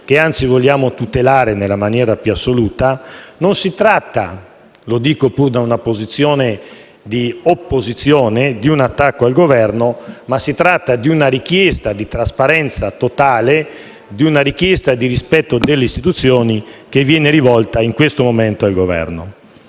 che anzi vogliamo tutelare nella maniera più assoluta, non si tratta - lo dico pur da una posizione di opposizione - di un attacco al Governo, bensì di una richiesta di trasparenza totale, di una richiesta di rispetto delle istituzioni che viene rivolta in questo momento al Governo.